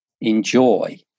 enjoy